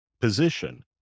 position